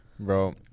bro